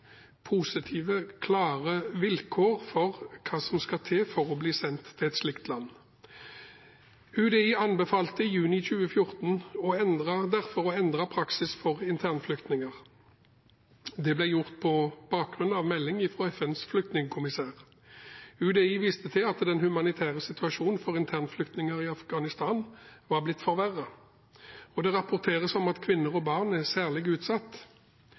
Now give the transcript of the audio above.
positive, klare vilkår for hva som skal til for å bli sendt til et slikt land. UDI anbefalte i juni 2014 derfor å endre praksis for internflyktninger. Det ble gjort på bakgrunn av melding fra FNs flyktningkommissær. UDI viste til at den humanitære situasjonen for internflyktninger i Afghanistan var blitt forverret, og det rapporteres om at kvinner og barn er særlig utsatt.